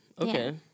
Okay